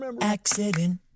Accident